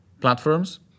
platforms